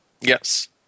Yes